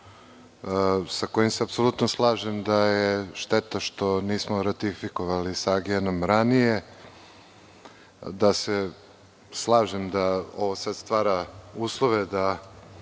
sa kojim se apsolutno slažem da je šteta što nismo ratifikovali sa AGN ranije, da se slažem da ovo sad stvara da